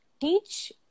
teach